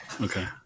Okay